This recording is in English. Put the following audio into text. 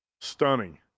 Stunning